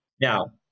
Now